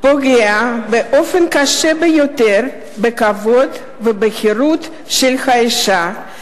פוגעת באופן קשה ביותר בכבודה ובחירותה של האשה,